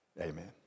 Amen